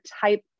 type